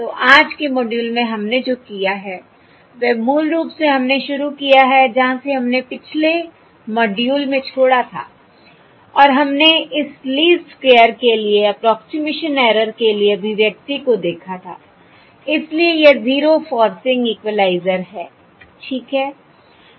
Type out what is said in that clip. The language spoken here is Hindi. तो आज के मॉड्यूल में हमने जो किया है वह मूल रूप से हमने शुरू किया है जहां से हमने पिछले मॉड्यूल में छोड़ा था और हमने इस लीस्ट स्क्वेयर के लिए अप्रोक्सिमेशन ऐरर के लिए अभिव्यक्ति को देखा था इसलिए यह ज़ीरो फोर्सिंग इक्वलाइज़र है ठीक है